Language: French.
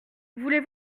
voulez